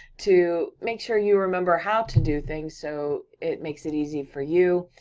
to make sure you remember how to do things so it makes it easy for you.